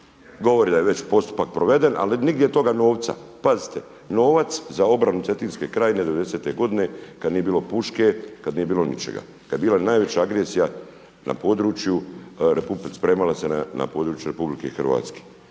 govori da je već postupak proveden ali nigdje toga novac. Pazite novac za obranu Cetinske krajine 90.te godine kad nije bilo puške, kad nije bilo ničega. Kad je bila najveća agresija na području, spremala se na području RH. Govorite